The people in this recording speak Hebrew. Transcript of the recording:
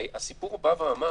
הסיפור בא ואמר